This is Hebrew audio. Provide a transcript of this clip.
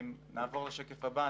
נעבור לשקף הבא.